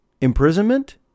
imprisonment